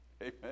Amen